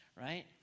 right